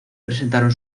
presentaron